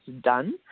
done